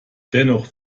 dennoch